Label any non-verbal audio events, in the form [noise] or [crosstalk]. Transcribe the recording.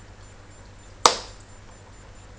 [noise]